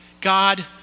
God